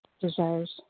desires